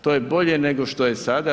To je bolje nego što se sada.